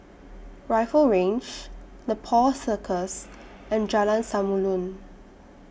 Rifle Range Nepal Circus and Jalan Samulun